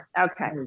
Okay